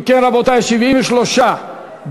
אם כן, רבותי, 73 בעד,